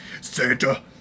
Santa